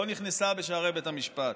והיא לא נכנסה בשערי בית המשפט.